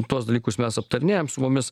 tuos dalykus mes aptarinėjam su mumis